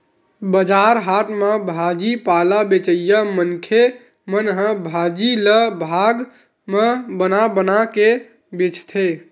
बजार हाट म भाजी पाला बेचइया मनखे मन ह भाजी ल भाग म बना बना के बेचथे